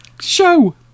show